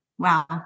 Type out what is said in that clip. Wow